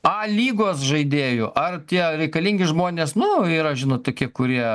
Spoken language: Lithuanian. a lygos žaidėjų ar tie reikalingi žmonės nu yra žinot tokie kurie